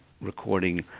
recording